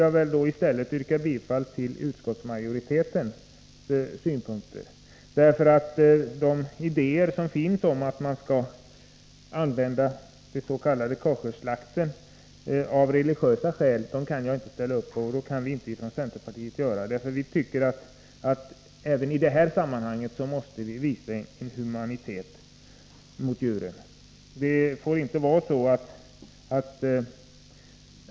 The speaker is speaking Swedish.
Där vill jag yrka bifall till utskottsmajoritetens förslag. Vi kan från centerpartiets sida inte ställa upp på de idéer som förs fram om att man av religiösa skäl skall använda s.k. koscherslakt. Vi tycker att man även i detta sammanhang måste visa humanitet mot djur.